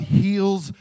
heals